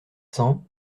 cents